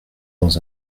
dans